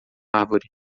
árvore